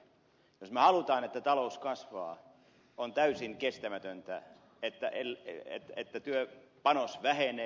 jos me haluamme että talous kasvaa on täysin kestämätöntä että työpanos vähenee